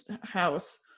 house